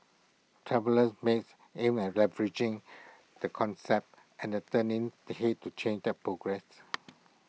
traveller mates aims at leveraging the concept and turning the Head to change that progress